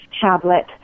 tablet